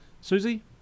Susie